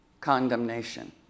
condemnation